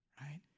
Right